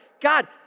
God